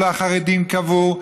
ולא החרדים קבעו,